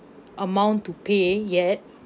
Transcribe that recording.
amount to pay yet